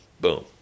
boom